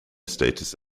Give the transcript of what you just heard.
status